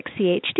CHD